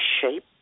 shape